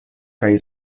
kaj